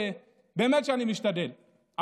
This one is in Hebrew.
אני באמת משתדל,